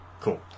Cool